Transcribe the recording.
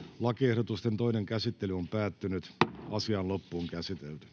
ja siihen liittyviksi laeiksi Time: N/A Content: